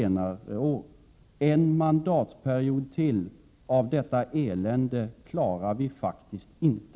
Ytterligare en mandatperiod med detta elände klarar vi faktiskt inte!